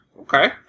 Okay